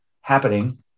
happening